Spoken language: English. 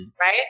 Right